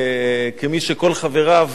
כמי שכל חבריו